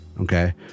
Okay